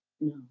no